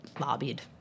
lobbied